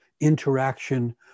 interaction